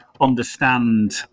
understand